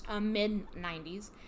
Mid-90s